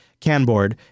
Canboard